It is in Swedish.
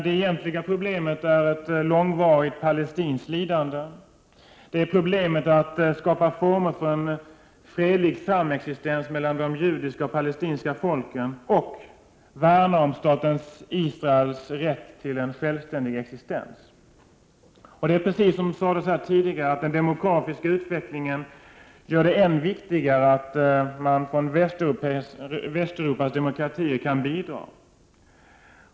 Det egentliga problemet är ett långvarigt palestinskt lidande, problemet att skapa former för en fredlig samexistens mellan det judiska och det palestinska folket och problemet med värnandet om staten Israels rätt till en självständig existens. Som framhölls här tidigare medför den demografiska utvecklingen att det blir än viktigare att de västeuropeiska demokratierna kan hjälpa.